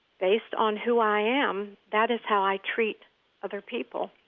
based on who i am, that is how i treat other people.